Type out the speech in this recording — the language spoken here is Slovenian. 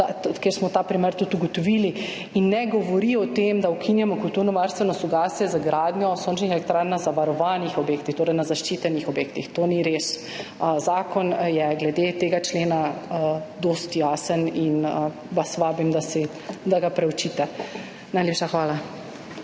kjer smo ta primer tudi ugotovili, in ne govori o tem, da ukinjamo kulturnovarstveno soglasje za gradnjo sončnih elektrarn na zavarovanih objektih, torej na zaščitenih objektih. To ni res. Zakon je glede tega člena dovolj jasen in vas vabim, da ga preučite. Najlepša hvala.